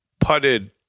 putted